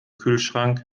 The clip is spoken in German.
kühlschrank